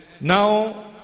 now